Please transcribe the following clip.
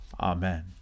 Amen